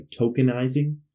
tokenizing